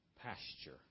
pasture